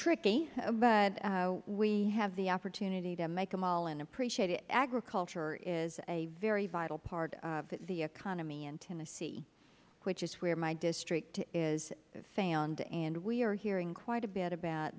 tricky but we have the opportunity to make them all and appreciate it agriculture is a very vital part of the economy in tennessee which is where my district is found and we are hearing quite a bit about